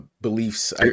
beliefs